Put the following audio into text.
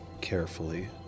carefully